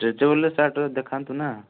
stretchable ର shirt ଦେଖାନ୍ତୁ ନା